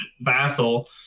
vassal